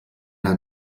ein